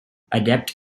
adept